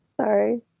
Sorry